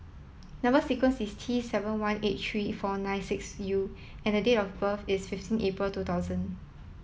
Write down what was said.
number sequence is T seven one eight three four nine six U and date of birth is fifteen April two thousand